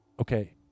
Okay